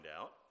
out